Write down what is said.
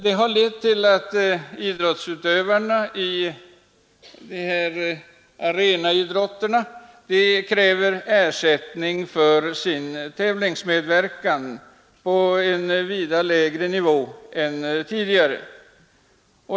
Det har lett till att idrottsutövarna i arenaidrotterna kräver ersättning för sin tävlingsmedverkan på en vida lägre nivå än tidigare.